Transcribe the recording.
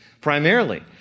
primarily